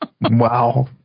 Wow